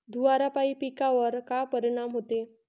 धुवारापाई पिकावर का परीनाम होते?